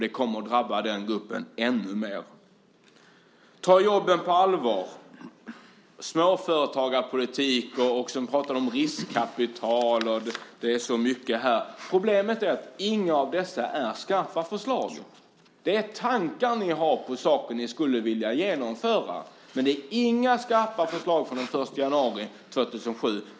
Det kommer att drabba den gruppen ännu mer. Ta jobben på allvar. Du pratar om småföretagarpolitik och riskkapital. Problemet är att det inte är några skarpa förslag. Det är tankar ni har om sådant som ni skulle vilja genomföra. Men det är inga skarpa förslag från den 1 januari 2007.